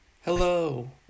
Hello